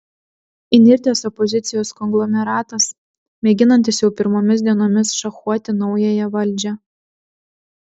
įnirtęs opozicijos konglomeratas mėginantis jau pirmomis dienomis šachuoti naująją valdžią